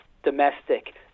domestic